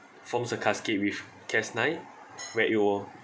forms a cascade with cas nine where it will